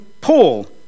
Paul